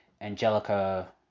Angelica